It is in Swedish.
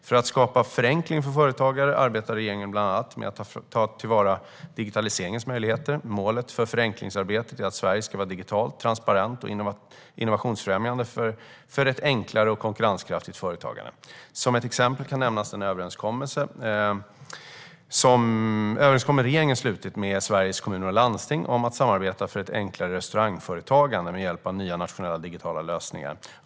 För att förenkla för företagare arbetar regeringen bland annat med att ta till vara digitaliseringens möjligheter. Målet för förenklingsarbetet är att Sverige ska vara digitalt, transparent och innovationsfrämjande för ett enklare och konkurrenskraftigt företagande. Som ett exempel kan nämnas den överenskommelse som regeringen slutit med Sveriges Kommuner och Landsting om att samarbeta för ett enklare restaurangföretagande med hjälp av nya nationella digitala lösningar.